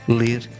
ler